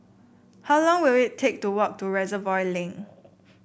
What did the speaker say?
how long will it take to walk to Reservoir Link